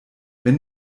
wenn